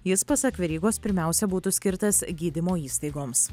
jis pasak verygos pirmiausia būtų skirtas gydymo įstaigoms